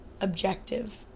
objective